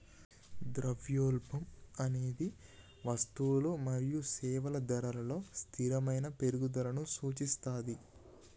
ద్రవ్యోల్బణం అనేది వస్తువులు మరియు సేవల ధరలలో స్థిరమైన పెరుగుదలను సూచిస్తది